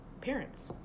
parents